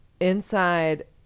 inside